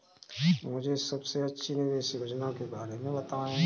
मुझे सबसे अच्छी निवेश योजना के बारे में बताएँ?